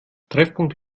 treffpunkt